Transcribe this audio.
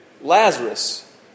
Lazarus